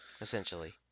essentially